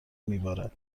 میبارد